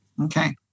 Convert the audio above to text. Okay